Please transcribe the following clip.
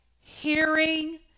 hearing